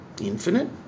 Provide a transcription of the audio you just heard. Infinite